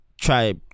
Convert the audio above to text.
Try